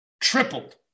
tripled